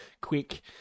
quick